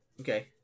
Okay